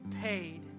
paid